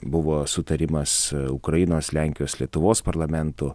buvo sutarimas ukrainos lenkijos lietuvos parlamentų